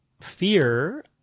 fear